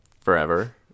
forever